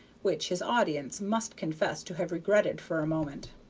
which his audience must confess to have regretted for a moment.